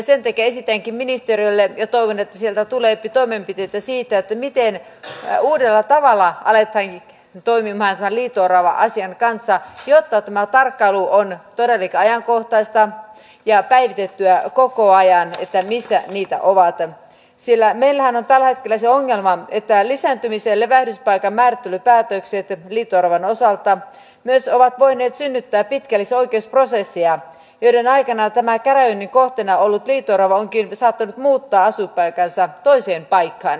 sen takia esitänkin ministeriölle ja toivon että sieltä tuleepi toimenpiteitä siitä miten uudella tavalla aletaan toimimaan tämän liito orava asian kanssa jotta tämä tarkkailu missä niitä on on todellakin ajankohtaista ja päivitettyä koko ajan sillä meillähän on tällä hetkellä se ongelma että lisääntymis ja levähdyspaikan määrittelypäätökset liito oravan osalta myös ovat voineet synnyttää pitkällisiä oikeusprosesseja joiden aikana tämä käräjöinnin kohteena ollut liito orava onkin saattanut muuttaa asuinpaikkansa toiseen paikkaan